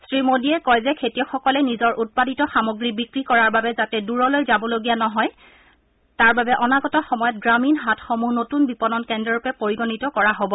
শ্ৰীমোদীয়ে কয় যে খেতিয়কসকলে নিজৰ উৎপাদিত সামগ্ৰী বিক্ৰী কৰাৰ বাবে যাতে দূৰলৈ যাবলগীয়া নহয় তাৰ বাবে অনাগত সময়ত গ্ৰামীণ হাটসমূহ নতুন বিপণন কেন্দ্ৰৰূপে পৰিগণিত কৰা হ'ব